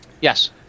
Yes